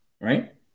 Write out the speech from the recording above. right